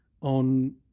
on